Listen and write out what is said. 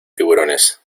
tiburones